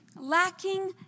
Lacking